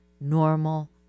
normal